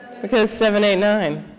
because seven ate nine.